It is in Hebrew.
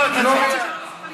נו, תצביע.